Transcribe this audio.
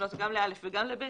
להפנות גם ל-(א) וגם ל-(ב).